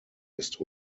ist